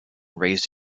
raised